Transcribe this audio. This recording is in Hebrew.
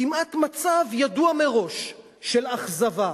כמעט מצב ידוע מראש של אכזבה,